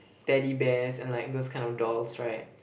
teddy bears and like those kind of dolls right